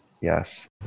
yes